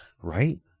Right